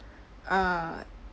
uh